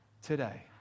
Today